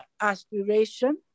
aspiration